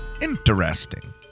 Interesting